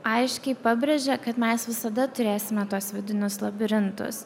aiškiai pabrėžė kad mes visada turėsime tuos vidinius labirintus